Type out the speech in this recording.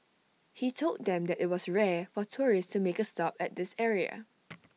he told them that IT was rare for tourists to make A stop at this area